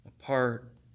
apart